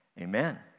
amen